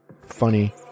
funny